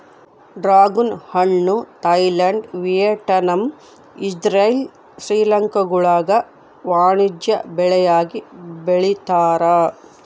dragon ಹಣ್ಣು Thailand Vietnam Israel ಶ್ರೀಲಂಕಾಗುಳಾಗ ವಾಣಿಜ್ಯ ಬೆಳೆಯಾಗಿ ಬೆಳೀತಾರ